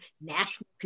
national